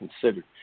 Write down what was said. considered